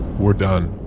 we're done.